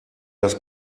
das